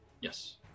Yes